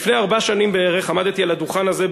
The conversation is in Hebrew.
לפני ארבע שנים לערך עמדתי על הדוכן הזה,